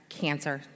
cancer